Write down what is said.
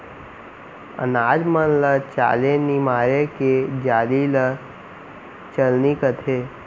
अनाज मन ल चाले निमारे के जाली ल चलनी कथें